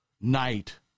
night